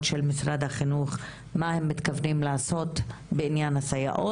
של משרד החינוך לגבי מה הם מתכוונים לעשות בעניין הסייעות.